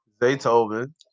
Beethoven